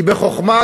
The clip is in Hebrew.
היא בחוכמה,